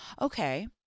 okay